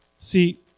See